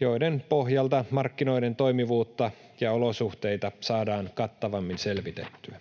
joiden pohjalta markkinoiden toimivuutta ja olosuhteita saadaan kattavammin selvitettyä.